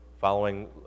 following